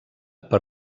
per